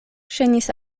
ŝajnis